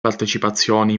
partecipazioni